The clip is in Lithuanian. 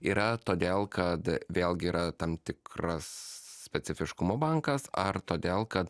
yra todėl kad vėlgi yra tam tikras specifiškumo bankas ar todėl kad